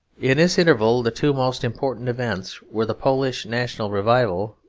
in this interval the two most important events were the polish national revival,